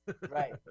Right